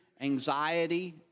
anxiety